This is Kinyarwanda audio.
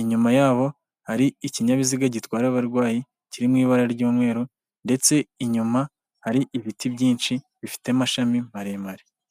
inyuma yabo hari ikinyabiziga gitwara abarwayi kiri mu ibara ry'umweru ndetse inyuma hari ibiti byinshi bifite amashami maremare.